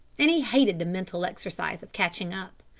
and he hated the mental exercise of catching up.